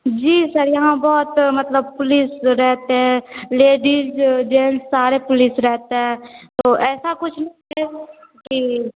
जी sir यहाँ बहुत मतलब पुलिस रहते हैं लेडीज जेन्ट्स सारे पुलिस रहते हैं तो ऐसा कुछ नहीं है की